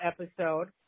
episode